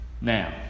Now